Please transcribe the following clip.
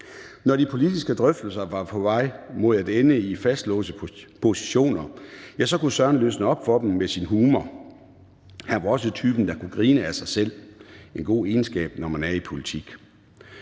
Når de politiske drøftelser var på vej mod at ende i fastlåste positioner, så kunne Søren løsne op for dem med sin humor. Han var også typen, der kunne grine af sig selv – en god egenskab, når man er i politik.